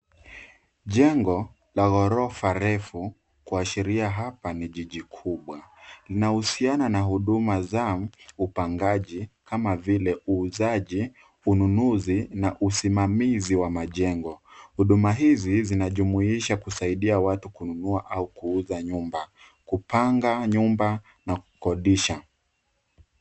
Jengo la ghorofa refu kuashiria hapa ni jiji kubwa. Linahusiana na huduma za upangaji kama vile uuzaji, ununuzi na usimamizi wa majengo. Huduma hizi zinajumuisha kusaidia watu kunua au kuuza nyumba. Kupanga nyumba na kukodisha.